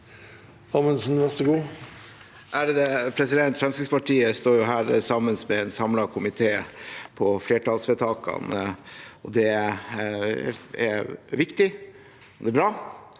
leder): Fremskrittspartiet står her sammen med en samlet komité på flertallsvedtakene. Det er viktig, og det er bra